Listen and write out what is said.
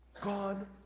God